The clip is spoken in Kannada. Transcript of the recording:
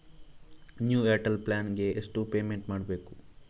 ನ್ಯೂ ಏರ್ಟೆಲ್ ಪ್ಲಾನ್ ಗೆ ಎಷ್ಟು ಪೇಮೆಂಟ್ ಮಾಡ್ಬೇಕು?